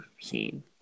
seen